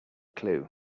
clue